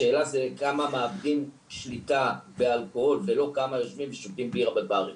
השאלה כמה מאבדים שליטה באלכוהול ולא כמה יושבים ושותים בירה בברים.